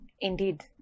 indeed